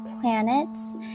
planets